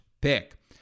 pick